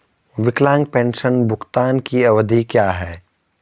विकलांग पेंशन भुगतान की अवधि क्या है?